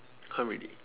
!huh! really